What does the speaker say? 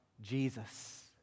Jesus